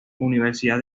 universidad